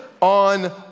on